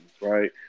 right